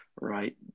right